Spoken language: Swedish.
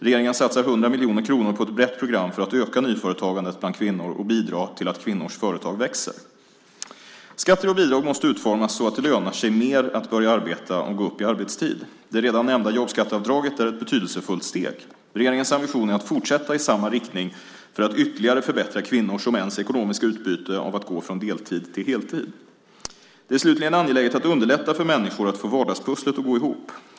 Regeringen satsar 100 miljoner kronor på ett brett program för att öka nyföretagandet bland kvinnor och bidra till att kvinnors företag växer. Skatter och bidrag måste utformas så att det lönar sig mer att börja arbeta och att gå upp i arbetstid. Det redan nämnda jobbskatteavdraget är ett betydelsefullt steg. Regeringens ambition är att fortsätta i samma riktning för att ytterligare förbättra kvinnors och mäns ekonomiska utbyte av att gå från deltid till heltid. Det är slutligen angeläget att underlätta för människor att få vardagspusslet att gå ihop.